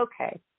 okay